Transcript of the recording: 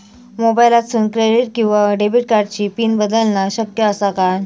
मोबाईलातसून क्रेडिट किवा डेबिट कार्डची पिन बदलना शक्य आसा काय?